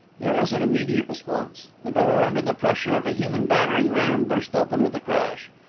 there was an immediate response. the door, under the pressure of a human battering-ram, burst open with a crash.